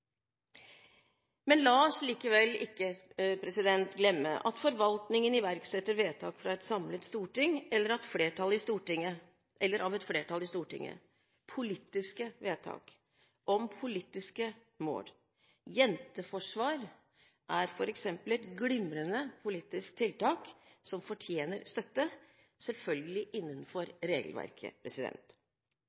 La oss likevel ikke glemme at forvaltningen iverksetter vedtak fattet av et samlet storting eller av et flertall i Stortinget – politiske vedtak om politiske mål. Jenteforsvar, f.eks., er et glimrende politisk tiltak som fortjener støtte, selvfølgelig innenfor regelverket.